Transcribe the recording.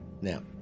Now